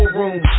room